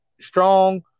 strong